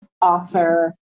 author